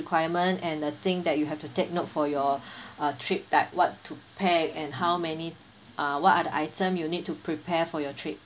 requirement and a thing that you have to take note for your uh trip that what to pack and how many uh what are the item you need to prepare for your trip